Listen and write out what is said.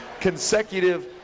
consecutive